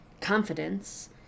confidence